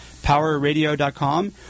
PowerRadio.com